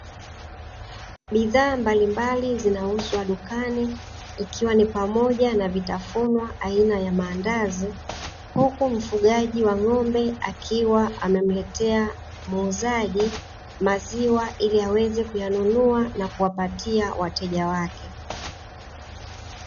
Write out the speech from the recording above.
Bidhaa mbalimbali zinauzwa dukani ikiwa ni pamoja na vitafunwa aina ya mandazi, huku mfugaji wa ng'ombe akiwa anamletea muuzaji maziwa ili aweze kuyanunua na kuwapatia wateja wake.